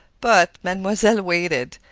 but mademoiselle waited.